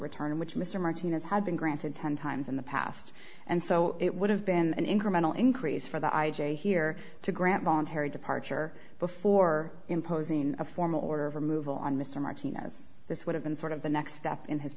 return in which mr martinez had been granted ten times in the past and so it would have been an incremental increase for the i j a here to grant voluntary departure before imposing a formal order of removal on mr martinez this would have been sort of the next step in his